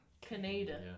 Canada